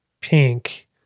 pink